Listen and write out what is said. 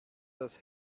das